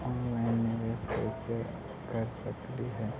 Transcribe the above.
Online निबेस कैसे कर सकली हे?